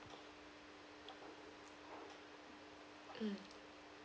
mm